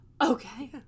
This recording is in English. Okay